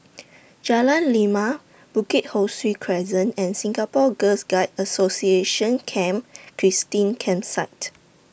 Jalan Lima Bukit Ho Swee Crescent and Singapore Girls Guides Association Camp Christine Campsite